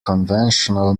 conventional